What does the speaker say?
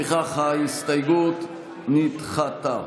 לפיכך ההסתייגות נדחתה.